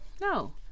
No